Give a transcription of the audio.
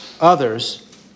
others